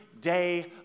day